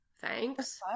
Thanks